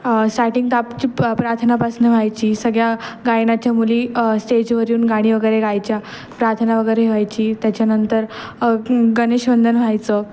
starting तर आमची प्रार्थनेपासून व्हायची सगळ्या गायनाच्या मुली स्टेजवर येऊन गाणी वगैरे गायच्या प्रार्थना वगैरे व्हायची त्याच्यानंतर गणेश वंदन व्हायचं